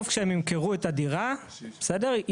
כשהם ימכרו את הדירה, בסדר?